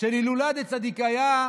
של הילולה דצדיקיא,